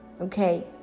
okay